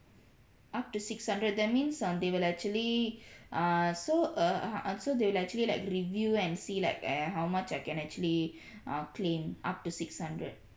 up to six hundred that means uh they will actually err so uh uh uh so they'll actually like review and see like eh how much I can actually uh claim up to six hundred